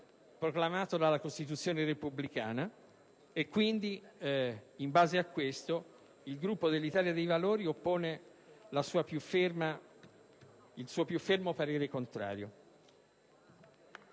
proclamato dalla Costituzione repubblicana e quindi, in base a questo, il Gruppo dell'Italia dei Valori oppone il suo più fermo giudizio contrario.